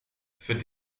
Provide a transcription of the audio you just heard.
för